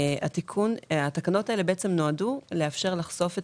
התקנות האלו נועדו לאפשר לחשוף את